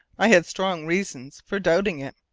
i had strong reasons for doubting it.